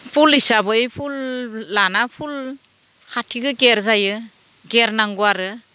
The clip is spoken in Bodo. फुल हिसाबै फुल लाना फुल खाथिखो घेरजायो घेर नांगौ आरो